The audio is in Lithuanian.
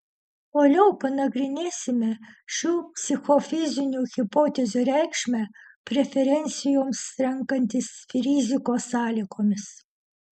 toliau panagrinėsime šių psichofizinių hipotezių reikšmę preferencijoms renkantis rizikos sąlygomis